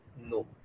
no